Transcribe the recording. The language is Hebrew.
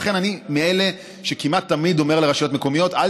לכן אני מאלה שכמעט תמיד אומר לרשויות מקומיות או